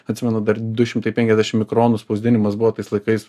atsimenu dar du šimtai penkiasdešim mikronų spausdinimas buvo tais laikais